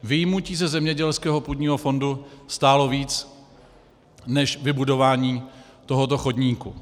Vyjmutí ze zemědělského půdního fondu stálo víc než vybudování tohoto chodníku.